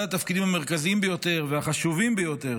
אחד התפקידים המרכזיים ביותר והחשובים ביותר